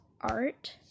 Art